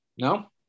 no